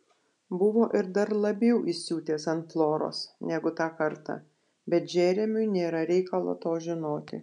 buvo ir dar labiau įsiutęs ant floros negu tą kartą bet džeremiui nėra reikalo to žinoti